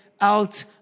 out